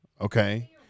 Okay